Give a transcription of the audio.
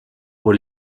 pour